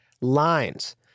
lines